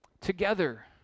Together